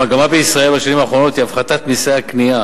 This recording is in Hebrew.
המגמה בישראל בשנים האחרונות היא הפחתת מסי הקנייה